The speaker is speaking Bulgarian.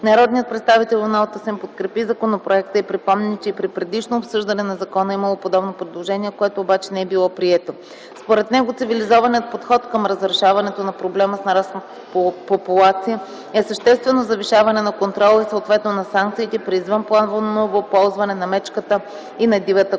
Народният представител Юнал Тасим подкрепи законопроекта и припомни, че и при предишно обсъждане на закона е имало подобно предложение, което обаче не е било прието. Според него цивилизованият подход към разрешаването на проблема с нарасналата популация е същественото завишаване на контрола и съответно на санкциите при извънпланово ползване на мечката и на дивата коза.